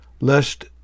lest